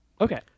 Okay